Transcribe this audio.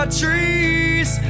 trees